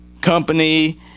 company